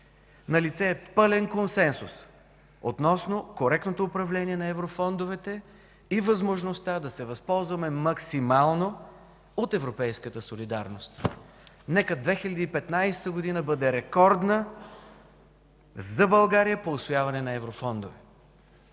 Налице е пълен консенсус относно коректното управление на еврофондовете и възможността да се възползваме максимално от европейската солидарност. Нека 2015 г. бъде рекордна за България по усвояване на еврофондове.